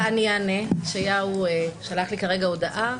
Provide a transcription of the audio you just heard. ישעיהו שלח לי כרגע הודעה,